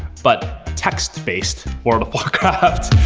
but text-based world of warcraft.